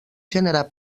generar